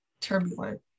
turbulent